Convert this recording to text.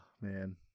man